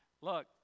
Look